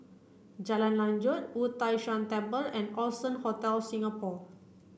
Jalan Lanjut Wu Tai Shan Temple and Allson Hotel Singapore